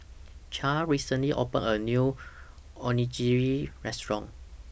Clair recently opened A New Onigiri Restaurant